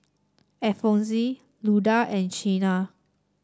Alphonse Luda and Chynna